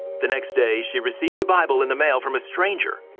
the next day, she received a bible in the mail from a stranger,